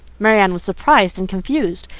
marianne was surprised and confused,